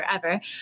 forever